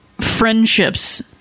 friendships